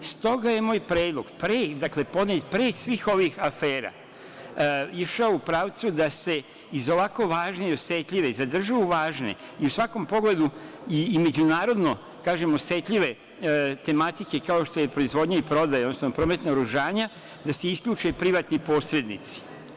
Dakle, stoga je moj predlog podnet pre svih ovih afera, išao u pravcu da se iz ovako važne i osetljive, za državu važne i u svakom pogledu i međunarodno osetljive tematike kao što je proizvodnja i prodaja, odnosno promet naoružanja, da se isključe privatni posrednici.